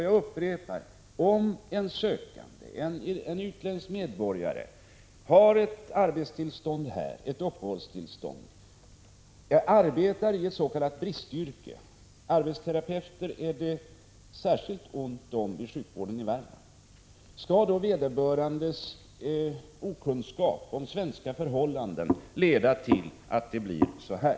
Jag upprepar: Om en utländsk medborgare har ett arbetsoch uppehållstillstånd här och arbetar i ett s.k. bristyrke — arbetsterapeuter är det särskilt ont om i sjukvården i Värmland — skall då vederbörandes okunnighet om svenska förhållanden leda till dessa konsekvenser?